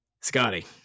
Scotty